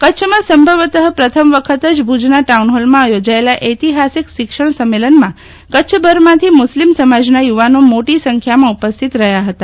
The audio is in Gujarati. કચ્છમાં સંભવતઃ પ્રથમ વખત જ ભુજના ટાઉનજીલમાં યોજાયેલા ઐતિહાસિક શિક્ષણ સંમેલનમાં કચ્છભરમાંથી મુસ્લિમ સમાજના યુવાનો મોટી સંખ્યામાં ઉપસ્થિત રહ્યા હતા